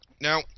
now